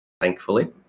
thankfully